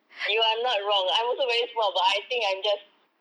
you are not wrong I'm also very small but I think I'm just